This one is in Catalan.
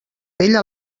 vella